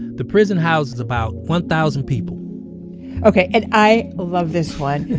the prison house is about one thousand people okay. and i love this one.